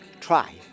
try